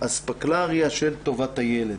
באספקלריה של טובת הילד.